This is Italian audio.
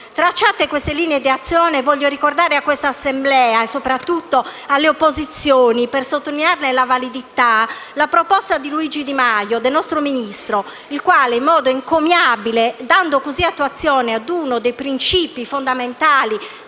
Tracciate queste linee d'azione, voglio ricordare a quest'Assemblea e soprattutto alle opposizioni, per sottolinearne la validità, la proposta del ministro Di Maio, il quale, in modo encomiabile e dando così attuazione ad uno dei principi fondamentali